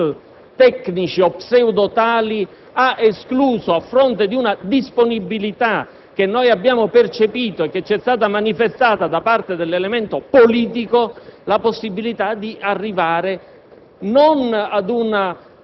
che con i suoi *niet* tecnici o pseudo tali ha escluso, a fronte di una disponibilità che abbiamo percepito e che ci è stata manifestata da parte dell'elemento politico, la possibilità di arrivare